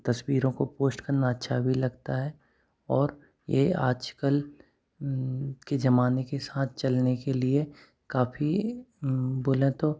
तस्वीरों को पोस्ट करना अच्छा भी लगता है और ये आजकल के जमाने के सात चलने के लिए काफ़ी बोला तो